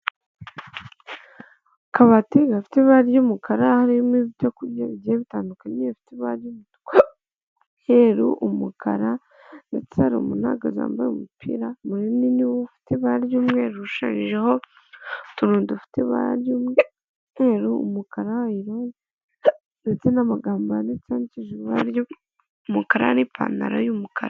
Akabati gafite ibara ry'umukara harimo ibyo kurya bigiye bitandukanye gafite ibara ry'umutuku, umweru ,umukara, ndetse hari umuntu uhagaze wambaye umupira munini ufite ibara ry'umweru rishushanyijeho utuntu dufite ibara ry'umweru, umukara, iroze ndetse n'amagambo yandikishijwe amabara y'umukara ndetse n'ipantaro y'umukara.